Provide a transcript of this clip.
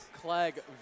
Clegg